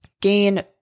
gain